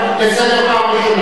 חברת הכנסת רגב,